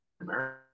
America